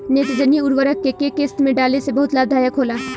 नेत्रजनीय उर्वरक के केय किस्त में डाले से बहुत लाभदायक होला?